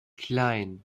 klein